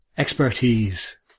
expertise